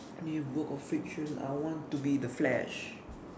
any work of fiction I want to be the flash